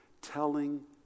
Telling